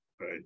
Right